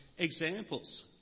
Examples